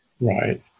Right